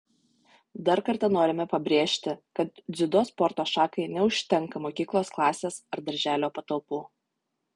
dar kartą norime pabrėžti kad dziudo sporto šakai neužtenka mokyklos klasės ar darželio patalpų